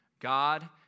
God